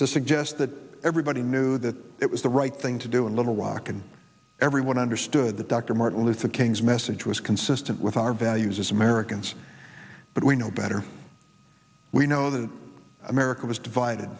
to suggest that everybody knew that it was the right thing to do in little rock and everyone understood that dr martin luther king's message was consistent with our values as americans but we know better we know that america was divided